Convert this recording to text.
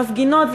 מפגינות,